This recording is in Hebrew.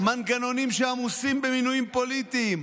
מנגנונים שעמוסים במינויים פוליטיים,